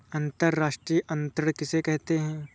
अंतर्राष्ट्रीय अंतरण किसे कहते हैं?